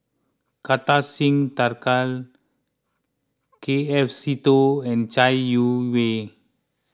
Kartar Singh Thakral K F Seetoh and Chai Yee Wei